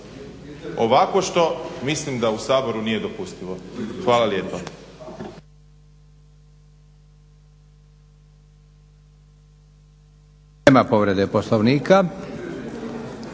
Ovakvo što mislim da u Saboru nije dopustivo. Hvala lijepa.